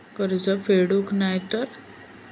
कर्ज फेडूक नाय तर?